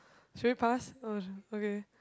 should we pass oh okay